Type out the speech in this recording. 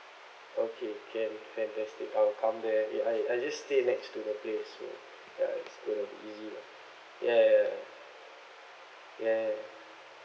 okay can fantastic I'll come there and I I just stay next to the place so ya it's going to be easy ya ya ya